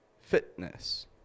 fitness